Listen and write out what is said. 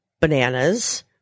bananas